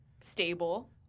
Stable